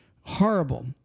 Horrible